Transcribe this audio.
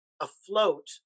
afloat